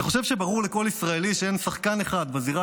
אני חושב שברור לכל ישראלי שאין שחקן אחד בזירה